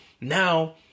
Now